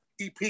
EP